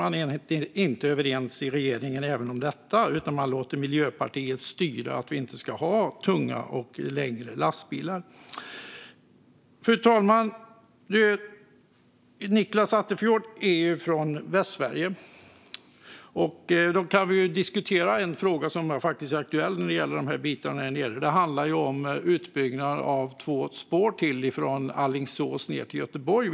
Man är inte överens i regeringen om detta heller, utan man låter Miljöpartiet styra att vi inte ska ha tunga och längre lastbilar. Fru talman! Nicklas Attefjord är från Västsverige. Då kan vi diskutera en fråga som faktiskt är aktuell, och det handlar om utbyggnaden av två spår till från Alingsås ned till Göteborg.